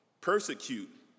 persecute